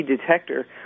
detector